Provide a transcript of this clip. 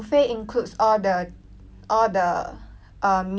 all the err meat then you can order [one]